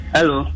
Hello